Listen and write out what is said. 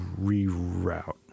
reroute